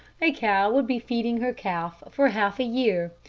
a cow would be feeding her calf for half a year,